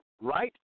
right